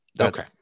Okay